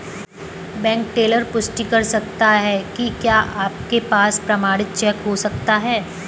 Bank teller पुष्टि कर सकता है कि क्या आपके पास प्रमाणित चेक हो सकता है?